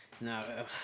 No